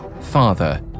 Father